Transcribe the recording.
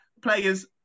players